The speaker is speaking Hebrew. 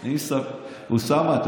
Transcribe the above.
אוסאמה.